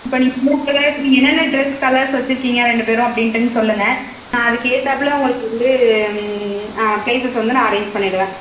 இப்போ நீங்கள் மூணு கலர் என்னென்ன டிரஸ் கலர்ஸ் வச்சுருக்கீங்க ரெண்டு பேரும் அப்படின்ட்டு சொல்லுங்க நான் அதுக்கேற்றாப்புல உங்களுக்கு வந்து ப்ளேசஸ் வந்து நான் அரேஞ்ச் பண்ணிவிடுவேன்